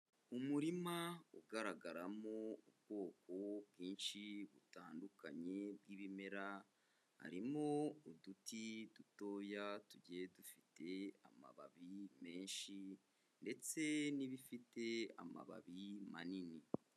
Umurima ugaragaramo ubwoko bwinshi butandukanye bw'bimera, harimo uduti dutoya tugiye dufite amababi menshi ndetse n'ibifite amababi manini.